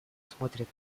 смотрят